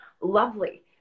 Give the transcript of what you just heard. lovely